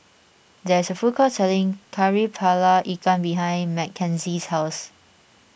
there is a food court selling Kari Kepala Ikan behind Mckenzie's house